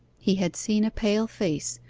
he had seen a pale face,